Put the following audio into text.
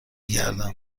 گردم